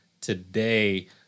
today